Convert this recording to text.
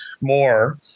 more